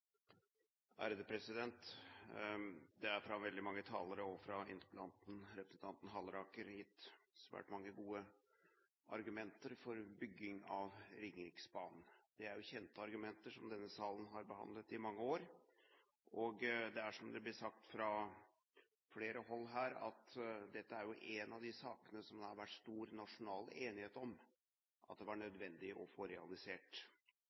Halleraker, gitt svært mange gode argumenter for bygging av Ringeriksbanen. Det er kjente argumenter som denne salen har behandlet i mange år. Dette er, som det blir sagt fra flere hold her, en av de sakene som det har vært stor nasjonal enighet om at det var nødvendig å få realisert.